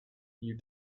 you